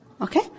Okay